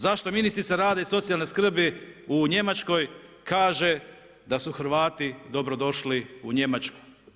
Zašto ministrica rada i socijalnoj skrbi u Njemačkoj kaže da su Hrvati dobrodošli u Njemačku?